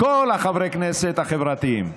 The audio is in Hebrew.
כל החברי כנסת החברתיים,